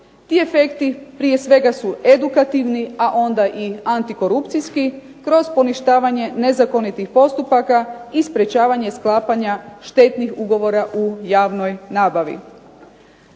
Ti efekti prije svega su edukativni, a onda i antikorupcijski, kroz poništavanje nezakonitih postupaka i sprječavanje sklapanja štetnih ugovora u javnoj nabavi.